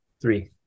three